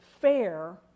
Fair